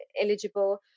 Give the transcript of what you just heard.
eligible